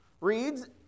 reads